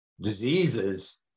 diseases